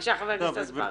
בבקשה חבר הכנסת אזברגה.